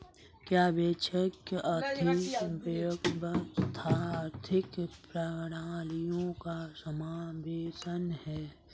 क्या वैश्विक अर्थव्यवस्था आर्थिक प्रणालियों का समावेशन है?